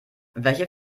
welche